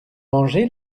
mangé